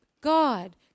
God